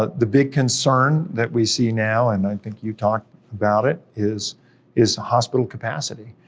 ah the big concern that we see now, and i think you talk about it, is is hospital capacity,